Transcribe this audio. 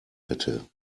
hätte